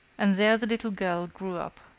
and there the little girl grew up.